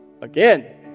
again